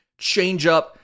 Changeup